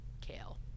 Kale